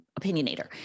opinionator